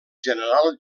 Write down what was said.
general